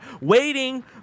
waiting